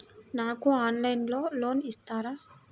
నాకు ఆన్లైన్లో లోన్ ఇస్తారా?